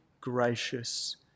gracious